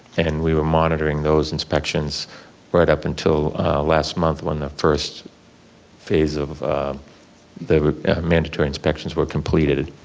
and we were monitoring those inspections right up until last month when the first phase of the mandatory inspections were completed.